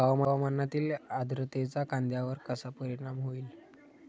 हवामानातील आर्द्रतेचा कांद्यावर कसा परिणाम होईल?